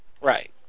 Right